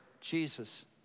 Jesus